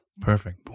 perfect